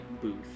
booth